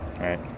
right